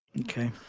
Okay